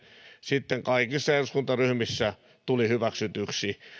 sitten kaikissa eduskuntaryhmissä tuli hyväksytyksi